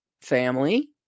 family